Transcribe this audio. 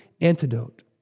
antidote